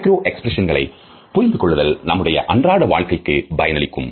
micro எக்ஸ்பிரஷன்களை புரிந்து கொள்ளுதல் நம்முடைய அன்றாட வாழ்க்கைக்கு பயனளிக்கும்